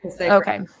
Okay